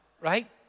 right